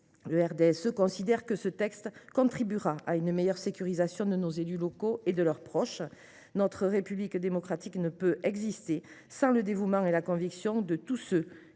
que l’adoption de ce texte contribuera à une meilleure sécurisation de nos élus locaux et de leurs proches. Notre République démocratique ne peut exister sans le dévouement et les convictions de tous ceux